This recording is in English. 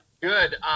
Good